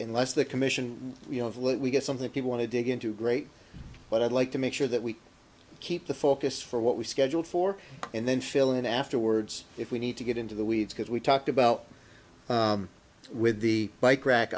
unless the commission look we get something people want to dig into great but i'd like to make sure that we keep the focus for what we scheduled for and then fill in afterwards if we need to get into the weeds could we talked about with the bike rack